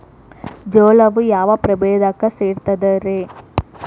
ಜೋಳವು ಯಾವ ಪ್ರಭೇದಕ್ಕ ಸೇರ್ತದ ರೇ?